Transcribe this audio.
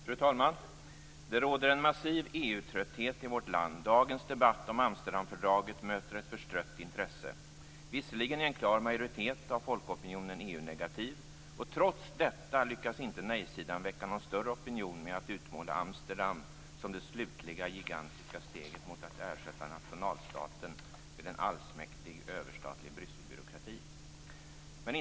Fru talman! Det råder en massiv EU-trötthet i vårt land. Dagens debatt om Amsterdamfördraget möter ett förstrött intresse. Visserligen är en klar majoritet av folkopinionen EU-negativ, men trots detta lyckas inte nej-sidan väcka någon större opinion med att utmåla Amsterdam som det slutliga gigantiska steget mot att ersätta nationalstaten med en allsmäktig, överstatlig Brysselbyråkrati.